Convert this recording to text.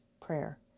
prayer